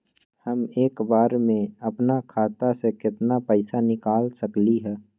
हम एक बार में अपना खाता से केतना पैसा निकाल सकली ह?